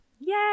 Yay